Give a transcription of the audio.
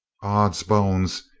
ods bones,